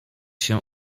się